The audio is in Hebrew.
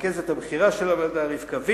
ולרכזת הבכירה של הוועדה רבקה וידר,